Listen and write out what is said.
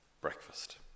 breakfast